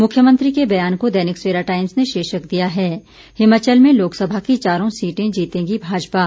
मुख्यमंत्री के बयान को दैनिक सवेरा टाइम्स ने शीर्षक दिया है हिमाचल में लोकसभा की चारों सीटें जीतेगी भाजपा